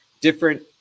different